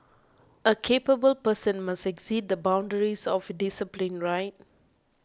a capable person must exceed the boundaries of discipline right